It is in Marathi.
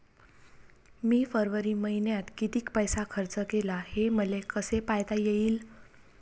मी फरवरी मईन्यात कितीक पैसा खर्च केला, हे मले कसे पायता येईल?